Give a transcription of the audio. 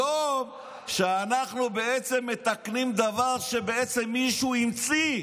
היום כשאנחנו בעצם מתקנים דבר שמישהו המציא,